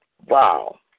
Wow